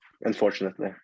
unfortunately